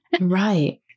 right